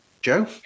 joe